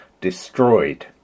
destroyed